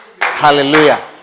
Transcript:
Hallelujah